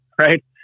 right